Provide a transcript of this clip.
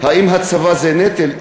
האם הצבא הוא נטל?